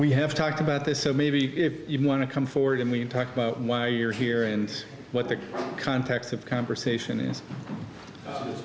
we have talked about this so maybe if you want to come forward and we can talk about why you're here and what the context of conversation is